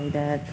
ओमफाय दा